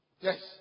Yes